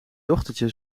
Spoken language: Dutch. dochtertje